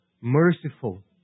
Merciful